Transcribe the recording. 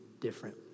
different